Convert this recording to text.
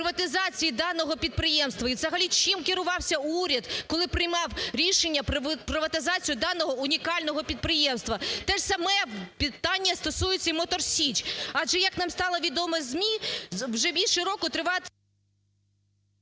приватизації даного підприємства? І взагалі чим керувався уряд, коли приймав рішення про приватизацію даного унікального підприємства. Те ж саме питання стосується і "Мотор Січ". Адже, як нам стало відомо зі ЗМІ, вже більше року…